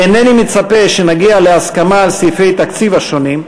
אינני מצפה שנגיע להסכמה על סעיפי התקציב השונים,